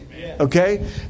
Okay